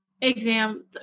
exam